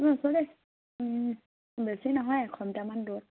অঁ ওচৰতে বেছি নহয় এশ মিটাৰমান দূৰত